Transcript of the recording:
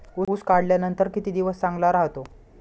ऊस काढल्यानंतर किती दिवस चांगला राहतो?